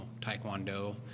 Taekwondo